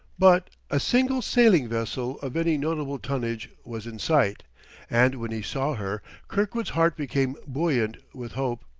but a single sailing vessel of any notable tonnage was in sight and when he saw her kirkwood's heart became buoyant with hope,